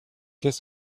qu’est